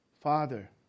father